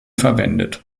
verwendet